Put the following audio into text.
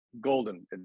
golden